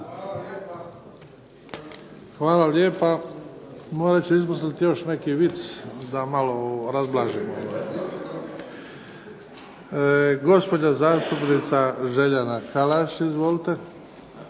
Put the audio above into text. vam lijepa. Morat ću izmisliti još neki vic da malo razblažim ovo. Gospođa zastupnica Željana Kalaš. Izvolite.